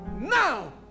now